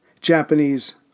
Japanese